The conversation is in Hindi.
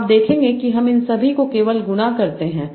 तो आप देखेंगे कि हम इन सभी को केवल गुणा करते हैं